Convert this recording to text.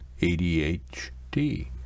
ADHD